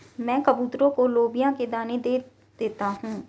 मैं कबूतरों को लोबिया के दाने दे देता हूं